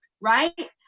right